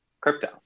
crypto